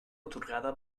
atorgada